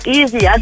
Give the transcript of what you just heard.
easy